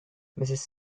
mrs